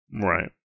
Right